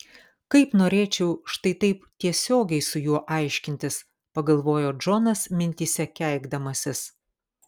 kaip norėčiau štai taip tiesiogiai su juo aiškintis pagalvojo džonas mintyse keikdamasis